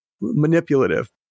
manipulative